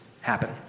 happen